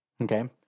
Okay